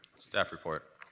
staff report.